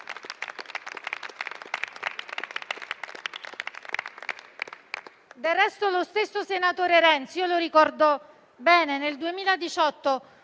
Del resto, lo stesso senatore Renzi - lo ricordo bene - nel 2018,